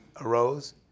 arose